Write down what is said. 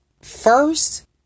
first